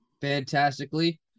fantastically